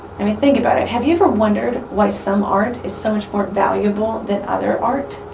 i mean, think about it have you ever wondered why some art is so much more valuable than other art?